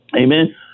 Amen